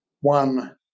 One